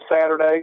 Saturday